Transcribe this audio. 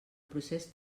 procés